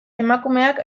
emakumeak